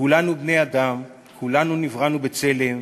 כולנו בני-אדם, כולנו נבראנו בצלם,